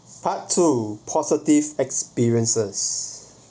part two positive experiences